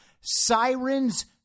Sirens